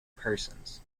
persons